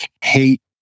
hate